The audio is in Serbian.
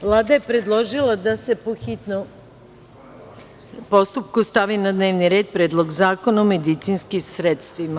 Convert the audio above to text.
Vlada je predložila da se, po hitnom postupku, stavi na dnevni red Predlog zakona o medicinskim sredstvima.